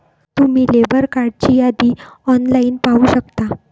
तुम्ही लेबर कार्डची यादी ऑनलाइन पाहू शकता